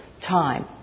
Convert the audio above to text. time